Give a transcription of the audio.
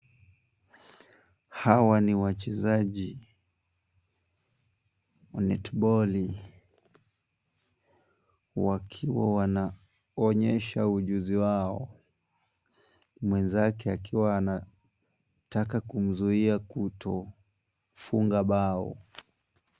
Hawa ni wachezaji wa netiboli wakiwa wanaonyesha ujuzi wao, mwenzake akiwaanataka kumzuia kutofunga bao.